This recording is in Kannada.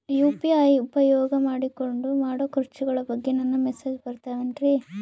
ಯು.ಪಿ.ಐ ನ ಉಪಯೋಗ ಮಾಡಿಕೊಂಡು ಮಾಡೋ ಖರ್ಚುಗಳ ಬಗ್ಗೆ ನನಗೆ ಮೆಸೇಜ್ ಬರುತ್ತಾವೇನ್ರಿ?